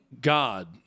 God